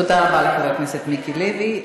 תודה רבה לחבר הכנסת מיקי לוי.